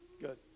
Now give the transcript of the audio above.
Good